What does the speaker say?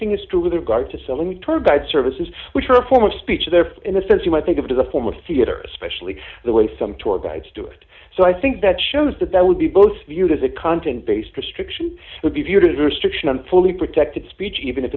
thing is true with regard to selling we turn guide services which are a form of speech therefore in a sense you might think of it as a form of theater especially the way some tour guides do it so i think that shows that that would be both viewed as a content based restriction would be viewed as a restriction on fully protected speech even if